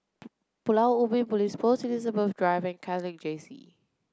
Pulau Ubin Police Post Elizabeth Drive and Catholic Jesse